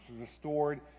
restored